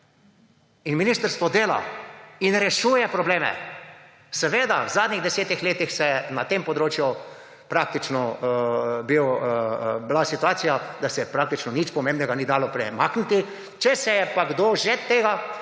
in ministrstvo dela in rešuje probleme. Seveda, v zadnjih desetih letih je na tem področju praktično bila situacija, da se praktično nič pomembnega ni dalo premakniti, če se je pa kdo že tega